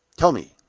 tell me,